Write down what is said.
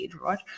right